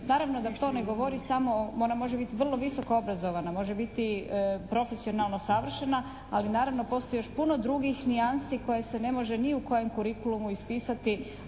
naravno da to ne govori samo o, ona može biti vrlo visoko obrazovana, može biti profesionalno savršena ali naravno postoji još puno drugih nijansi koje se ne može ni u kojem korikulumu ispisati